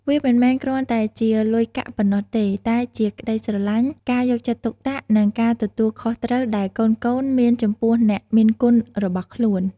វាមិនមែនគ្រាន់តែជាលុយកាក់ប៉ុណ្ណោះទេ តែជាក្ដីស្រឡាញ់ ការយកចិត្តទុកដាក់ និងការទទួលខុសត្រូវដែលកូនៗមានចំពោះអ្នកមានគុណរបស់ខ្លួន។